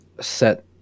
set